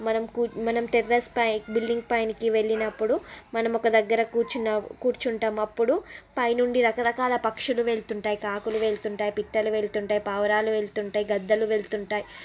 మనం కూ మనం టెర్రస్ పై బిల్డింగ్ పైనకి వెళ్ళినప్పుడు మనం ఒక దగ్గర కూర్చున్న కూర్చుంటాం అప్పుడు పైనుండి రకరకాల పక్షులు వెళ్తుంటాయి కాకులు వెళ్తుంటాయి పిట్టలు వెళ్తుంటాయి పావురాలు వెళ్తుంటాయి గద్దలు వెళ్తుంటాయి